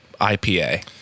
IPA